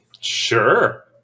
Sure